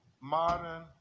modern